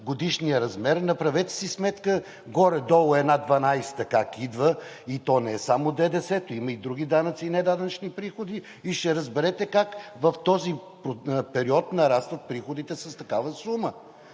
годишният размер, направете си сметка горе долу една дванадесета как идва, и то не само ДДС-то, има и други данъци и неданъчни приходи, и ще разберете как в този период нарастват приходите с такава сума.